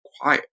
quiet